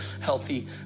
healthy